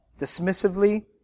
dismissively